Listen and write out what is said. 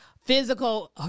physical